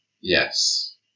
Yes